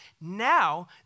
Now